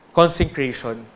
consecration